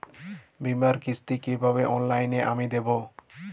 বীমার কিস্তি কিভাবে অনলাইনে আমি দেবো?